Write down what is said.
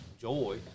joy